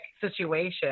situation